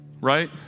right